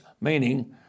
meaning